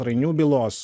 rainių bylos